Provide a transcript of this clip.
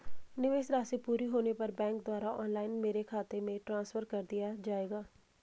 निवेश राशि पूरी होने पर बैंक द्वारा ऑनलाइन मेरे खाते में ट्रांसफर कर दिया जाएगा?